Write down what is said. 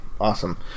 Awesome